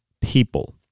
people